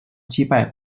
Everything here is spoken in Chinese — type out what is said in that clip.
击败